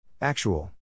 Actual